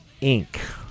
Inc